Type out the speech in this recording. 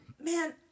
man